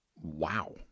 Wow